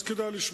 אז כדאי לשמוע.